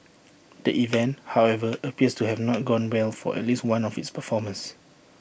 the event however appears to have not gone well for at least one of its performers